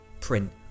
print